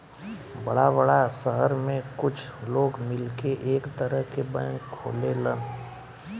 बड़ा बड़ा सहर में कुछ लोग मिलके एक तरह के बैंक खोलेलन